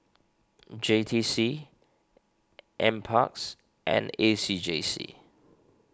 J T C N Parks and A C J C